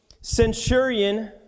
centurion